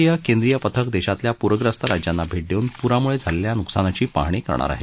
आंतरमंत्रीय केंद्रीय पथक देशातल्या पूरग्रस्त राज्यांना भेट देऊन पुरामुळे झालेल्या नुकसानाची पाहणी करणार आहेत